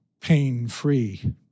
pain-free